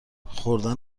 خوردن